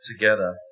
together